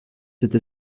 cette